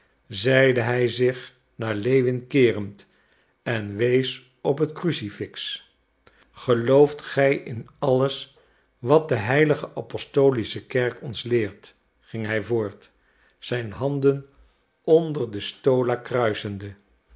zeide hij zich naar lewin keerend en wees op het crucifix gelooft gij in alles wat de heilige apostolische kerk ons leert ging hij voort zijn handen onder de stola kruisende